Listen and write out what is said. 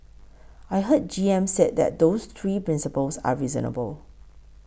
I heard G M said that those three principles are reasonable